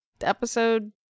episode